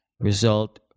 result